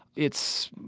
it's,